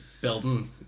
building